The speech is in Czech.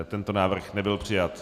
Tento návrh nebyl přijat.